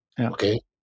okay